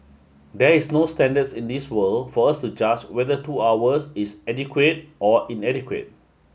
there is no standards in this world for us to judge whether two hours is adequate or inadequate